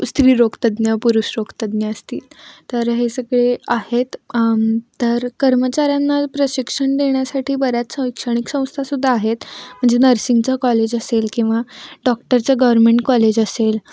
स्त्रीरोग तज्ज्ञ पुरुष रोगतज्ज्ञ असतील तर हे सगळे आहेत तर कर्मचऱ्यांना प्रशिक्षण देण्यासाठी बऱ्याच शैक्षणिक संस्था सुद्धा आहेत म्हणजे नर्सिंगचा कॉलेज असेल किंवा डॉक्टरचं गवर्मेंट कॉलेज असेल